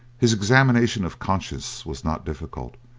his examination of conscience was not difficult,